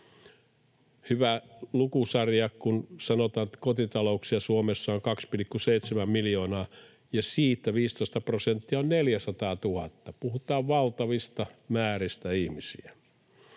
Hyvä lukusarja: kun sanotaan, että kotitalouksia Suomessa on 2,7 miljoonaa ja siitä 15 prosenttia on 400 000, puhutaan valtavista määristä ihmisiä.